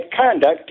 conduct